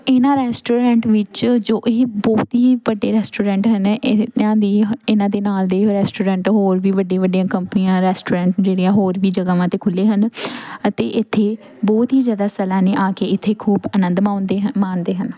ਇਹਨਾਂ ਰੈਸਟੋਰੈਂਟ ਵਿੱਚ ਜੋ ਇਹ ਬਹੁਤ ਹੀ ਵੱਡੇ ਰੈਸਟੋਰੈਂਟ ਹਨ ਇਹਨਾਂ ਦੀ ਇਹਨਾਂ ਦੇ ਨਾਲ ਦੇ ਰੈਸਟੋਰੈਂਟ ਹੋਰ ਵੀ ਵੱਡੀਆਂ ਵੱਡੀਆਂ ਕੰਪਨੀਆਂ ਰੈਸਟੋਰੈਂਟ ਜਿਹੜੀਆਂ ਹੋਰ ਵੀ ਜਗ੍ਹਾਵਾਂ 'ਤੇ ਖੁੱਲ੍ਹੇ ਹਨ ਅਤੇ ਇੱਥੇ ਬਹੁਤ ਹੀ ਜ਼ਿਆਦਾ ਸੈਲਾਨੀ ਆ ਕੇ ਇੱਥੇ ਖੂਬ ਆਨੰਦ ਮਾਉਂਦੇ ਹਾ ਮਾਣਦੇ ਹਨ